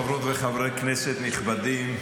חברות וחברי כנסת נכבדים,